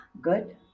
Good